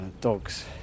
dogs